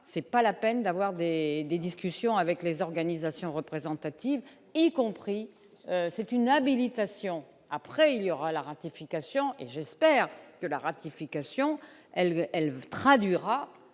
ça, c'est pas la peine d'avoir des discussions avec les organisations représentatives y compris c'est une habilitation, après il y aura la ratification et j'espère que la ratification elle